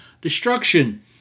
destruction